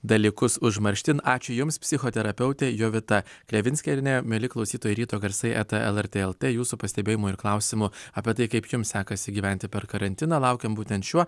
dalykus užmarštin ačiū jums psichoterapeutė jovita klevinskienė mieli klausytojai ryto garsai eta lrt lt jūsų pastebėjimų ir klausimų apie tai kaip jums sekasi gyventi per karantiną laukiam būtent šiuo